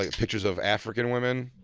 like pictures of african women?